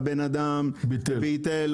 והבן אדם ביטל,